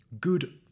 Good